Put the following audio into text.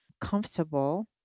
comfortable